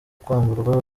kwamburwa